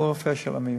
הוא גם הרופא של המיון.